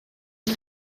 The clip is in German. die